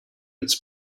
its